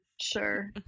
Sure